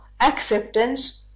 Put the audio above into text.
acceptance